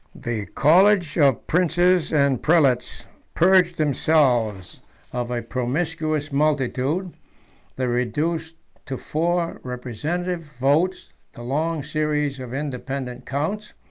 the college of princes and prelates purged themselves of a promiscuous multitude they reduced to four representative votes the long series of independent counts,